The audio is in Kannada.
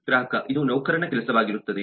ಗ್ರಾಹಕ ಇದು ನೌಕರನ ಕೆಲಸವಾಗಿರುತ್ತದೆ